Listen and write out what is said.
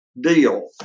deal